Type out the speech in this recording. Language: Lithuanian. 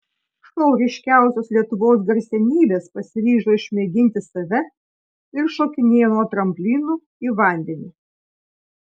šou ryškiausios lietuvos garsenybės pasiryžo išmėginti save ir šokinėja nuo tramplinų į vandenį